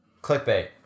Clickbait